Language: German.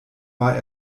war